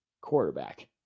quarterback